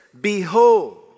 Behold